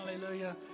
Hallelujah